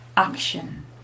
Action